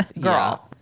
girl